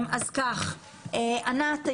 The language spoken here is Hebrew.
ענת,